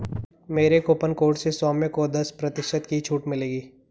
मेरे coupon code से सौम्य को दस प्रतिशत की छूट मिलेगी